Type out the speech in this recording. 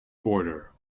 border